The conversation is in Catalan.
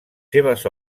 seves